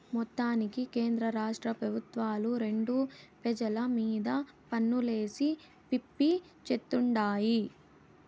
మొత్తానికి కేంద్రరాష్ట్ర పెబుత్వాలు రెండు పెజల మీద పన్నులేసి పిప్పి చేత్తుండాయి